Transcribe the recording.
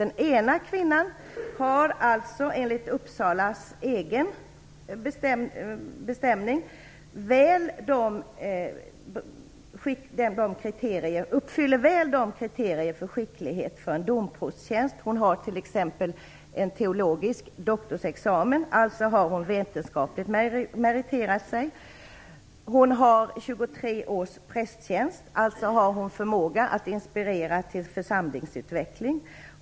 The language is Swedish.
Den ena kvinnan uppfyller enligt Uppsalas egen bestämning väl de kriterier för skicklighet som behövs för en domprosttjänst. Hon har t.ex. teologisk doktorsexamen. Alltså har hon vetenskapligt meriterat sig. Hon har 23 års prästtjänst. Alltså har hon förmåga att inspirera till församlingsutveckling.